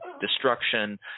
destruction